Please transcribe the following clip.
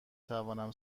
توانم